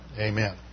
Amen